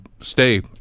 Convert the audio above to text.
stay